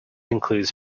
includes